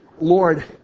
Lord